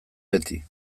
beti